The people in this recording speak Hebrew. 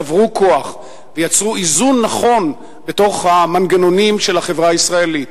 צברו כוח ויצרו איזון נכון בתוך המנגנונים של החברה הישראלית.